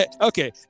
Okay